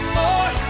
more